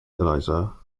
eliza